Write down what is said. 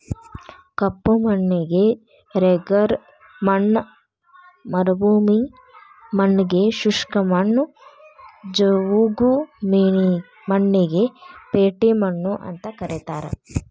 ಕಪ್ಪು ಮಣ್ಣಿಗೆ ರೆಗರ್ ಮಣ್ಣ ಮರುಭೂಮಿ ಮಣ್ಣಗೆ ಶುಷ್ಕ ಮಣ್ಣು, ಜವುಗು ಮಣ್ಣಿಗೆ ಪೇಟಿ ಮಣ್ಣು ಅಂತ ಕರೇತಾರ